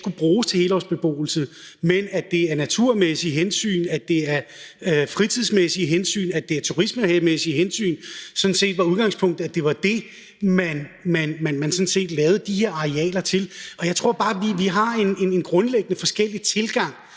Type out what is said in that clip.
at det ikke skulle bruges til helårsbeboelse, men af naturmæssige hensyn, af fritidsmæssige hensyn og af turistmæssige hensyn var udgangspunktet sådan set, at det var dét, man lavede de her arealer til. Jeg tror bare, at vi grundlæggende har en forskellig tilgang